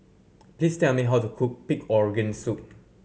please tell me how to cook pig organ soup